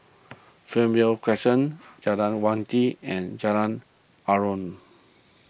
Fernvale Crescent Jalan Wangi and Jalan Aruan